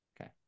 okay